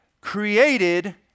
created